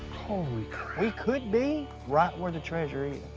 holy could be right where the treasure is.